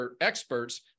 experts